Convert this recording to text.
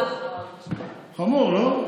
חמור, לא?